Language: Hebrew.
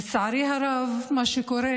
לצערי הרב, מה שקורה